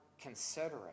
considerate